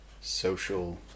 social